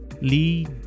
Lee